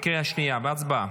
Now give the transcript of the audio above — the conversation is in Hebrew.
הצבעה.